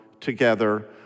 Together